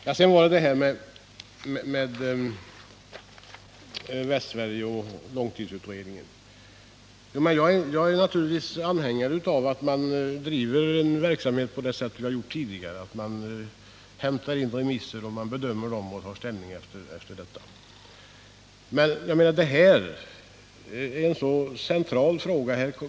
Jag kommer sedan till frågan om Västsverige och långtidsutredningen. Jag är naturligtvis anhängare av att man bedriver denna verksamhet på samma sätt som man gjort tidigare, dvs. att man fordrar in remissvar och tar ställning sedan man bedömt dessa. Men detta är en mycket central fråga.